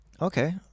okay